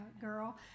girl